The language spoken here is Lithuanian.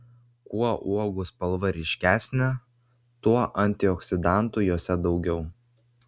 kuo uogų spalva ryškesnė tuo antioksidantų jose daugiau